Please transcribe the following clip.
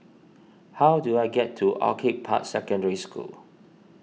how do I get to Orchid Park Secondary School